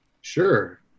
Sure